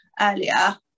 earlier